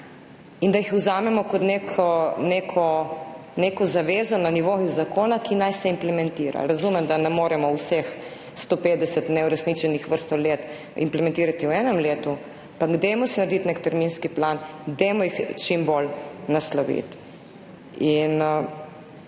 in da jih vzamemo kot neko zavezo na nivoju zakona, ki naj se implementira. Razumem, da ne moremo vseh 150 neuresničenih vrsto let implementirati v enem letu, ampak dajmo si narediti nek terminski plan, dajmo jih čim bolj nasloviti in